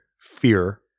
fear